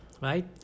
right